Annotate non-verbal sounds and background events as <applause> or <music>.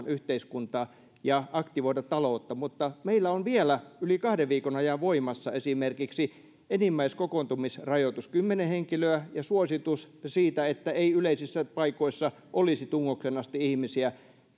<unintelligible> yhteiskuntaa ja aktivoida taloutta mutta meillä on vielä yli kahden viikon ajan voimassa esimerkiksi enimmäiskokoontumisrajoitus kymmenen henkilöä ja suositus siitä että yleisissä paikoissa ei olisi tungokseen asti ihmisiä